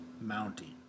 mounting